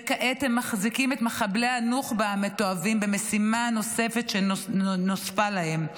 וכעת הם מחזיקים את מחבלי הנוח'בה המתועבים במשימה שנוספה להם.